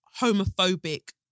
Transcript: homophobic